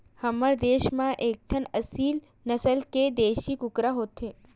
हमर देस म एकठन एसील नसल के देसी कुकरा होथे